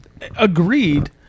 Agreed